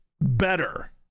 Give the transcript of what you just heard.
better